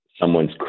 someone's